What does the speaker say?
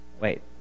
Wait